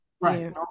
Right